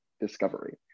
discovery